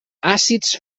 àcids